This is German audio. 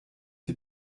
die